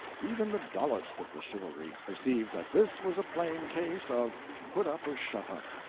even the dullest of the chivalry perceived that this was a plain case of put up, or shut up.